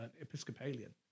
Episcopalian